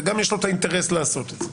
וגם יש לו את האינטרס לעשות את זה.